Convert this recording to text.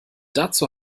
dazu